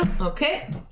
Okay